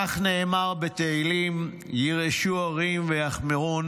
כך נאמר בתהילים: ירעשו הרים ויחמרון,